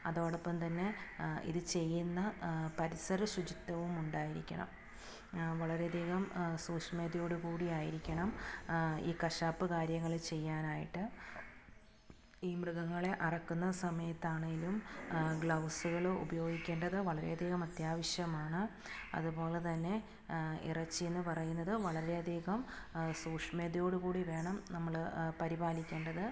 അതോടൊപ്പം തന്നെ ഇത് ചെയ്യുന്ന പരിസര ശുചിത്വവും ഉണ്ടായിരിക്കണം വളരെയധികം സൂക്ഷ്മതയോടുകൂടിയായിരിക്കണം ഈ കശാപ്പ് കാര്യങ്ങൾ ചെയ്യാനായിട്ട് ഈ മൃഗങ്ങളെ അറക്കുന്ന സമയത്താണെങ്കിലും ഗ്ലൗസുകൾ ഉപയോഗിക്കേണ്ടത് വളരെയധികം അത്യാവശ്യമാണ് അതുപോലെത്തന്നെ ഇറച്ചിയെന്ന് പറയുന്നത് വളരെയധികം സൂക്ഷ്മതയോടുകൂടി വേണം നമ്മൾ പരിപാലിക്കേണ്ടത്